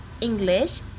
English